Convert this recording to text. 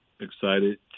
excited